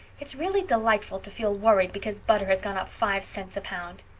it's really delightful to feel worried because butter has gone up five cents a pound.